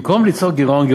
במקום ליצור גירעון,